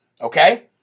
okay